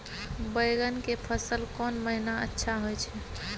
बैंगन के फसल कोन महिना अच्छा होय छै?